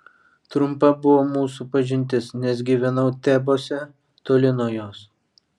trumpa buvo mūsų pažintis nes gyvenau tebuose toli nuo jos